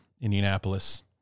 Indianapolis